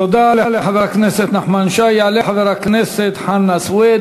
תודה לחבר הכנסת נחמן שי.